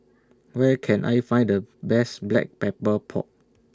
Where Can I Find The Best Black Pepper Pork